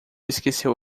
esqueceu